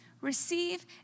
receive